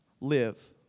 live